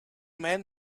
men